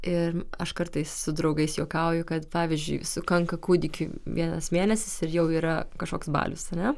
ir aš kartais su draugais juokauju kad pavyzdžiui sukanka kūdikiui vienas mėnesis ir jau yra kažkoks balius ar ne